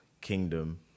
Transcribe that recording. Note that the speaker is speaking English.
kingdom